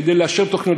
כדי לאשר תוכנית,